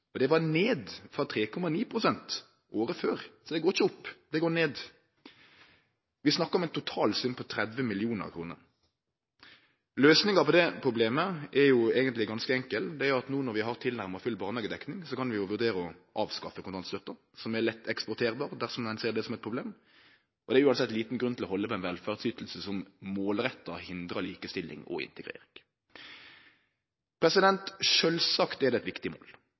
og det var ned frå 3,9 pst. året før, så det går ikkje opp – det går ned. Vi snakkar om ein totalsum på 30 mill. kr. Løysinga på det problemet er eigentleg ganske enkel: No når vi har tilnærma full barnehagedekning, kan vi jo vurdere å avskaffe kontantstøtta, som er lett eksporterbar, dersom ein ser det som eit problem, og det er uansett liten grunn til å halde på ei velferdsyting som målretta hindrar likestilling og integrering. Sjølvsagt er det eit viktig mål